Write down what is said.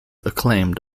acclaimed